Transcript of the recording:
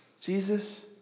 Jesus